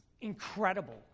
incredible